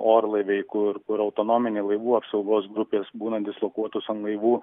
orlaiviai kur kur autonominė laivų apsaugos grupės būna dislokuotos ant laivų